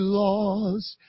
lost